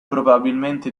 probabilmente